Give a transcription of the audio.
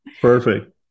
Perfect